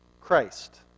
Christ